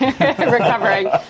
Recovering